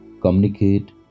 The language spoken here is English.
Communicate